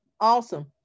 Awesome